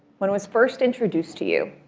when it was first introduced to you,